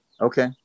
Okay